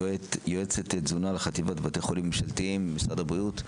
יועצת תזונה לחטיבת בתי חולים ממשלתיים במשרד הבריאות.